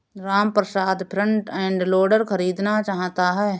Ramprasad front end loader खरीदना चाहता है